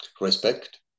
respect